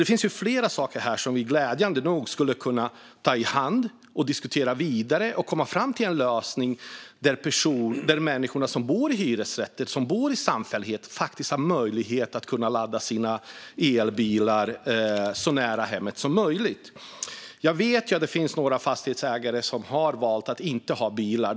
Det finns alltså flera saker här som vi glädjande nog skulle kunna ta hand om och diskutera vidare för att komma fram till en lösning som innebär att människor som bor i hyresrätter eller samfälligheter faktiskt har möjlighet att ladda sina elbilar så nära hemmet som möjligt. Jag vet att det finns några fastighetsägare som har valt att inte ha bilar.